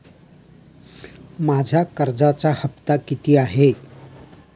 माझा कर्जाचा हफ्ता किती आहे?